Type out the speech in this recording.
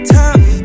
tough